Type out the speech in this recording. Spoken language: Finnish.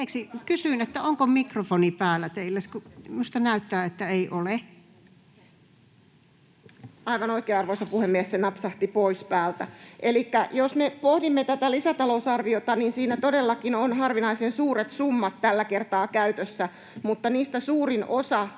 puheenvuoron mikrofonin ollessa suljettuna] Aivan oikein, arvoisa puhemies, se napsahti pois päältä. — Elikkä jos me pohdimme tätä lisätalousarviota, niin siinä todellakin on harvinaisen suuret summat tällä kertaa käytössä. Niistä suurin osa